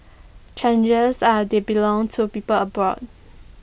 chances are they belong to people abroad